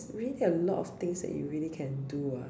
really a lot of things that you really can do ah